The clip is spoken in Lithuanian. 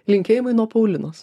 linkėjimai nuo paulinos